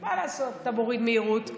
מה לעשות, אתה מוריד מהירות.